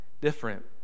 different